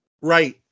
Right